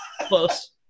Close